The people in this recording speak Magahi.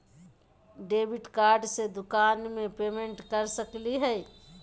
डेबिट कार्ड से दुकान में पेमेंट कर सकली हई?